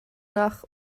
nach